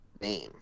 name